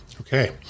Okay